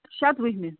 شَتوُہمہِ